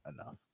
enough